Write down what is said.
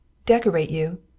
decorate you!